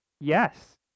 yes